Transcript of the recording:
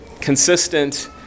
consistent